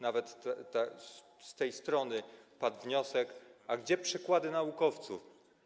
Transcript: Nawet z tej strony padł wniosek: A gdzie przykłady naukowców?